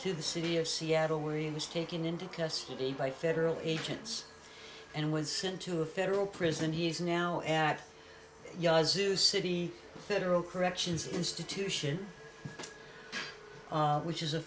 to the city of seattle where he was taken into custody by federal agents and was sent to a federal prison he's now at ya's a city federal corrections institution which is a